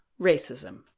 racism